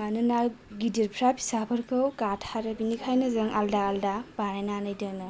मानोना गिदिरफ्रा फिसाफोरखौ गाथारो बिनिखायनो जों आलदा आलदा बानायनानै दोनो